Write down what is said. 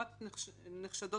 לא ניסינו